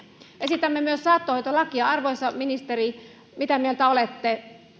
esitämme myös saattohoitolakia arvoisa ministeri mitä mieltä olette